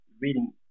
reading